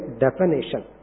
definition